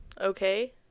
Okay